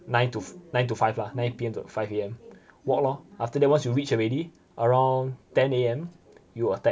nine to nine to five lah nine P_M to five A_M walk lor after that once you reach already around ten A_M you attack